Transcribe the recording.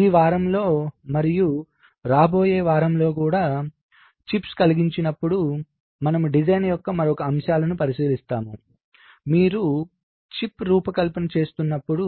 ఈ వారంలో మరియు రాబోయే వారంలో కూడా చిప్స్ కల్పించబడినప్పుడు మనము డిజైన్ యొక్క మరొక అంశాలను పరిశీలిస్తాము మీరు చిప్ రూపకల్పన చేస్తున్నప్పుడు